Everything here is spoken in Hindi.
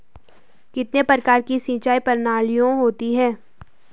कितने प्रकार की सिंचाई प्रणालियों होती हैं?